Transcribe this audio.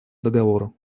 договору